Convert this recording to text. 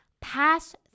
pass